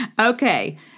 Okay